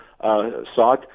sought